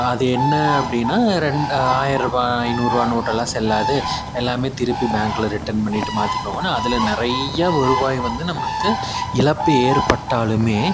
அது என்ன அப்படின்னா ரெண்டு ஆயர்ரூபாய் ஐந்நூறுபா நோட்டெல்லாம் செல்லாது எல்லாமே திருப்பி பேங்க்கில் ரிட்டன் பண்ணிவிட்டு மாற்றிக்கோங்கன்னு அதில் நிறைய வருவாய் வந்து நம்மளுக்கு இழப்பு ஏற்பட்டாலுமே